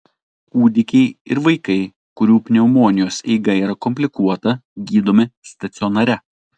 kūdikiai ir vaikai kurių pneumonijos eiga yra komplikuota gydomi stacionare